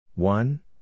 One